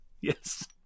Yes